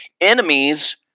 Enemies